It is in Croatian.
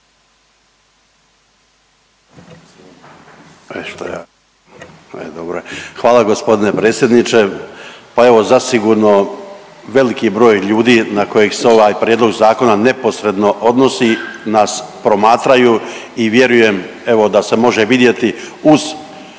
Hvala gospodine predsjedniče, pa evo zasigurno veliki broj ljudi na kojeg se ovaj prijedlog zakona neposredno odnosi nas promatraju i vjerujem evo da se može vidjeti uz